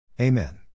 Amen